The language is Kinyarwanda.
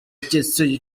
cy’isi